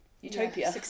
utopia